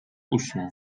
usnął